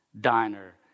Diner